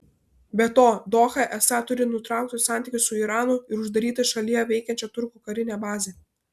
be to doha esą turi nutraukti santykius su iranu ir uždaryti šalyje veikiančią turkų karinę bazę